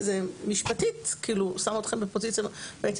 זה משפטית שם אתכם בפוזיציה מסוימת והייתי